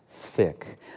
Thick